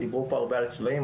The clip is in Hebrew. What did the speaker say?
דיברו פה הרבה על צבאים,